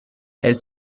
elle